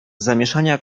zamieszania